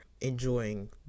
enjoying